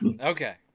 Okay